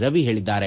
ರವಿ ಹೇಳಿದ್ದಾರೆ